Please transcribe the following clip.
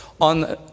on